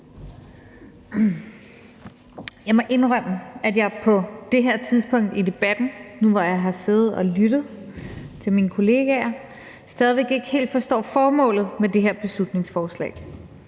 Jeg må indrømme, at jeg på det her tidspunkt i debatten, nu, hvor jeg har siddet og lyttet til mine kolleger, stadig væk ikke helt forstår formålet med det her beslutningsforslag.